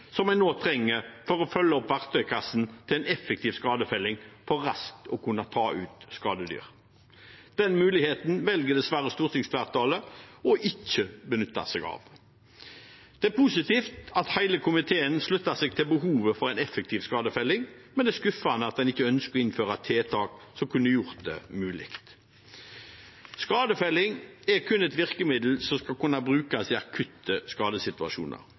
som den nå trenger for å fylle opp verktøykassen til en effektiv skadefelling for raskt å kunne ta ut skadedyr. Den muligheten velger dessverre stortingsflertallet ikke å benytte seg av. Det er positivt at hele komiteen slutter seg til behovet for en effektiv skadefelling, men det er skuffende at en ikke ønsker å innføre tiltak som kunne gjort det mulig. Skadefelling er kun et virkemiddel som skal kunne brukes i akutte skadesituasjoner.